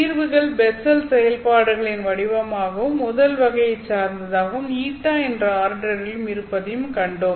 தீர்வுகள் பெஸ்ஸல் செயல்பாடுகளின் வடிவமாகவும் முதல் வகையைச் சார்ந்ததாகவும் η என்ற ஆர்டரிலும் இருப்பதையும் கண்டோம்